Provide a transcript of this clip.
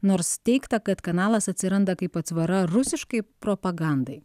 nors teigta kad kanalas atsiranda kaip atsvara rusiškai propagandai